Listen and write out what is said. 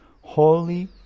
holy